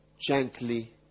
gently